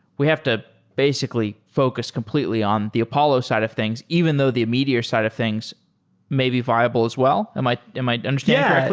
we have to basically focus completely on the apollo side of things even though the meteor side of things may be viable as well. am i am i understanding